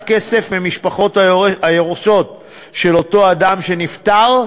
כסף ממשפחתו היורשת של אותו אדם שנפטר,